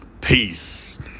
Peace